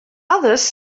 others